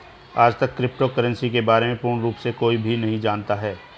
आजतक crypto currency के बारे में पूर्ण रूप से कोई भी नहीं जानता है